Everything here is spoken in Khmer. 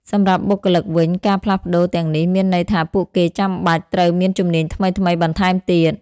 សម្រាប់បុគ្គលិកវិញ ការផ្លាស់ប្តូរទាំងនេះមានន័យថាពួកគេចាំបាច់ត្រូវមានជំនាញថ្មីៗបន្ថែមទៀត។